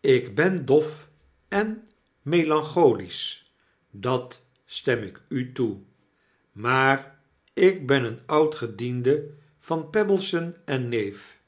ik b en dof en melancholisch dat stem ik u toe maar ik ben een oud gediende van pebbleson en neef